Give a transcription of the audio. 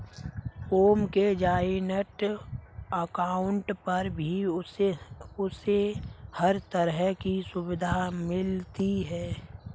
ओम के joint account पर भी उसे हर तरह की सुविधा मिलती है